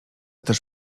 też